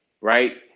right